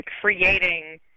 creating